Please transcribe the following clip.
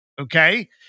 okay